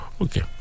Okay